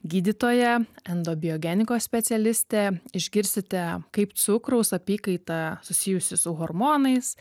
gydytoja endobiogenikos specialistė išgirsite kaip cukraus apykaita susijusi su hormonais